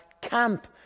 camp